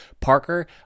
Parker